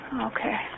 Okay